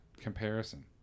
comparison